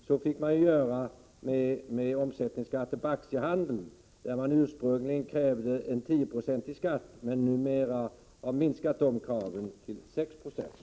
Så fick man ju göra i fråga om omsättningsskatten på aktiehandeln, där man ursprungligen krävde en 10-procentig skatt men numera har minskat kraven till 6 90.